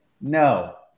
No